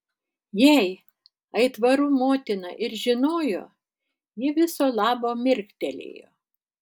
jei aitvarų motina ir žinojo ji viso labo mirktelėjo